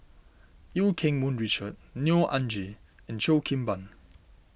Eu Keng Mun Richard Neo Anngee and Cheo Kim Ban